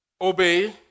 obey